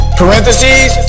parentheses